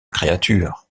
créature